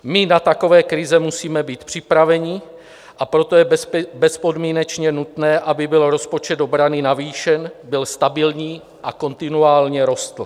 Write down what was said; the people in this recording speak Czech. My na takové krize musíme být připraveni, a proto je bezpodmínečně nutné, aby byl rozpočet obrany navýšen, byl stabilní a kontinuálně rostl.